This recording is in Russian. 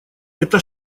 это